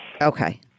Okay